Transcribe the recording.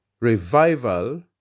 revival